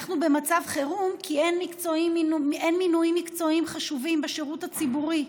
אנחנו במצב חירום כי אין מינויים מקצועיים חשובים בשירות הציבורי.